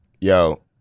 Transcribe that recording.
yo